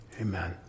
amen